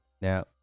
now